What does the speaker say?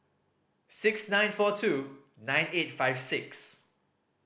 six nine four two nine eight five six